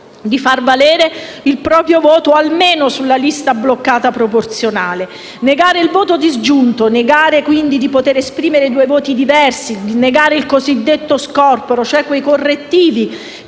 di far valere il proprio voto almeno sulla lista bloccata proporzionale. Negare il voto disgiunto, negare quindi di poter esprimere due voti diversi, negare il cosiddetto scorporo, cioè quei correttivi